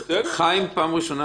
בעיקרון אין מה